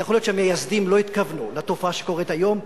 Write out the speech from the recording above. יכול להיות שהמייסדים לא התכוונו לתופעה שקורית היום,